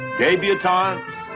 Debutantes